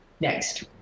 next